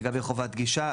לגבי חובת גישה,